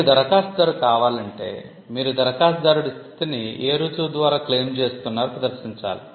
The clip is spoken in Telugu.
మీరు దరఖాస్తుదారు కావాలంటే మీరు దరఖాస్తుదారుడి స్థితిని ఏ రుజువు ద్వారా క్లెయిమ్ చేస్తున్నారో ప్రదర్శించాలి